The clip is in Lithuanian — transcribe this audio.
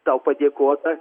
tau padėkota